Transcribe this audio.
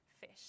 fish